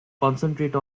concentrate